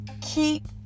keep